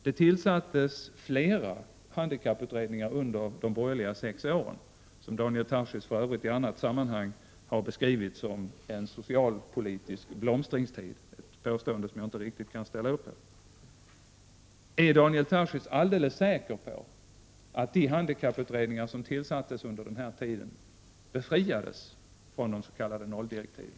Det tillsattes flera handikapputredningar under de borgerliga sex åren, en tid som Daniel Tarschys för övrigt i andra sammanhang har beskrivit som en socialpolitisk blomstringstid, ett påstående som jag inte riktigt kan ställa mig bakom. Är Daniel Tarschys alldeles säker på att de utredningar som tillsattes under denna tid befriades från de s.k. nolldirektiven?